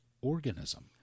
organism